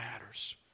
matters